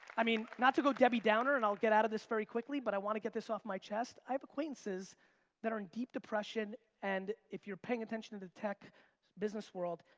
i mean, not to go debbie downer and i'll get out of this very quickly, but i wanna get this off my chest, i have acquaintances that are in deep depression and if you're paying attention to the tech business world,